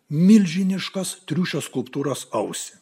milžiniškos triušio skulptūros ausį